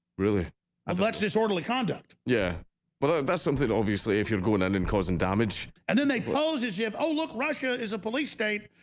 really? um well that's disorderly conduct. yeah well, that's something obviously if you've gone and in causing damage and then they pose as yeah if oh, look, russia is a police state.